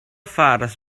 faras